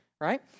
right